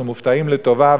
אנחנו מופתעים לטובה,